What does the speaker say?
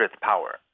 power